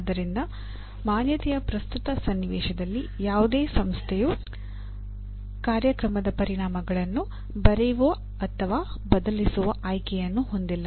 ಆದ್ದರಿಂದ ಮಾನ್ಯತೆಯ ಪ್ರಸ್ತುತ ಸನ್ನಿವೇಶದಲ್ಲಿ ಯಾವುದೇ ಸಂಸ್ಥೆಯು ಕಾರ್ಯಕ್ರಮದ ಪರಿಣಾಮಗಳನ್ನು ಬರೆಯುವ ಅಥವಾ ಬದಲಾಯಿಸುವ ಆಯ್ಕೆಯನ್ನು ಹೊಂದಿಲ್ಲ